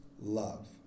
love